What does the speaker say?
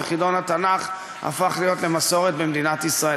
וחידון התנ"ך הפך להיות מסורת במדינת ישראל.